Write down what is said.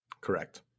Correct